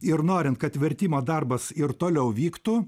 ir norint kad vertimo darbas ir toliau vyktų